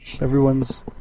everyone's